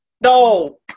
No